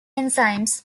enzymes